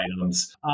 items